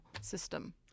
system